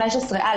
15(א),